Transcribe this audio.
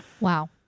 Wow